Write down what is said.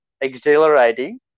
exhilarating